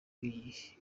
iyi